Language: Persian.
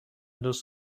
دوست